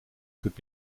could